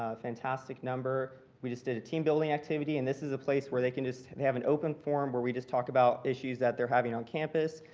ah fantastic number. we just did a team building activity and this is a place where they can just they have an open forum where we just talk about issues that they're having on campus,